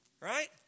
Right